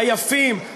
היפים,